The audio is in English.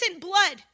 blood